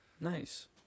nice